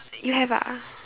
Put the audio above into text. you have ah